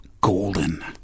golden